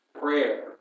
prayer